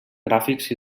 gràfics